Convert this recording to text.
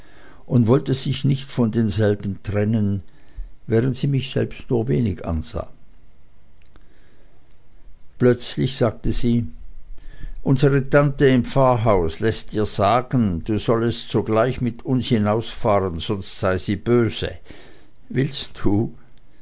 und wollte sich nicht von denselben trennen während sie mich selbst nur wenig ansah plötzlich sagte sie unsere tante im pfarrhaus läßt dir sagen du sollest mit uns sogleich hinausfahren sonst sei sie böse willst du